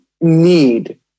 need